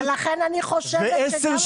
לכן אני חושבת שגם ענישת מינימום חשובה.